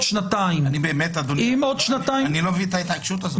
אני לא מבין את ההתעקשות הזאת.